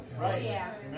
Right